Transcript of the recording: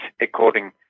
according